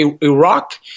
Iraq